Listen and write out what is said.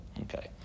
Okay